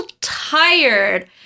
tired